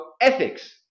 ethics